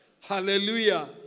Hallelujah